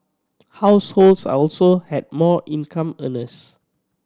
households also had more income earners